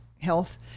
health